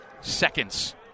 seconds